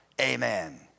Amen